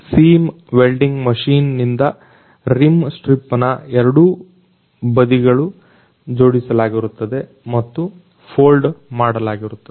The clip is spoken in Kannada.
ಸೀಮ್ ವೆಲ್ಡಿಂಗ್ ಮಷಿನ್ ನಿಂದ ರಿಮ್ ಸ್ಟ್ರಿಪ್ ನ 2 ಬದಿಗಳು ಜೋಡಿಸಲಾಗಿರುತ್ತದೆ ಮತ್ತು ಫೋಲ್ಡ್ ಮಾಡಿರಲಾಗುತ್ತದೆ